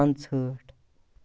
پانٛژہٲٹھ